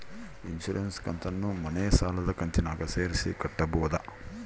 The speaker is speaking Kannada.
ಇನ್ಸುರೆನ್ಸ್ ಕಂತನ್ನ ಮನೆ ಸಾಲದ ಕಂತಿನಾಗ ಸೇರಿಸಿ ಕಟ್ಟಬೋದ?